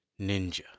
Ninja